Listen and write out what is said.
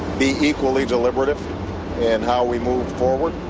be equally deliberative in how we move forward.